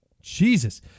Jesus